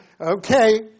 okay